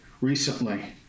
recently